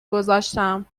گذاشتم